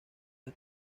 las